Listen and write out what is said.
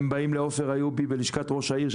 הם באים לעופר איובי בלשכת ראש העיר,